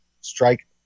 Strike